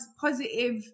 positive